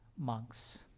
monks